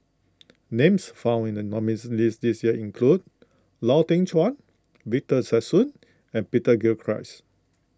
names found in the nominees' list this year include Lau Teng Chuan Victor Sassoon and Peter Gilchrist